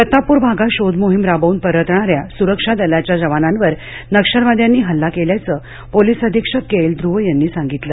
प्रतापप्र भागात शोध मोहीम राबव्न परतणाऱ्या सुरक्षा दलाच्या जवानांवर नक्षलवाद्यांनी हल्ला केल्याचं पोलीस अधीक्षक के एल ध्रुव यांनी सांगितलं